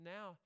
Now